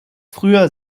früher